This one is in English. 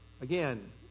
Again